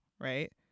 Right